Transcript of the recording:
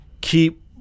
keep